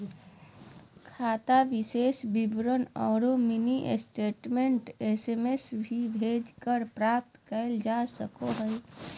खाता शेष विवरण औरो मिनी स्टेटमेंट एस.एम.एस भी भेजकर प्राप्त कइल जा सको हइ